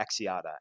Axiata